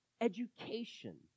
education